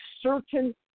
certain